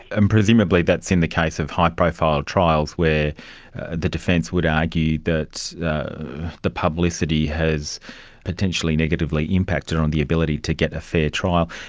and presumably that's in the case of high-profile trials where the defence would argue that the publicity has potentially negatively impacted on the ability to get a fair trial.